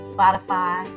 Spotify